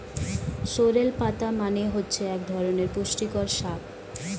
sorrel পাতা মানে হচ্ছে এক ধরনের পুষ্টিকর শাক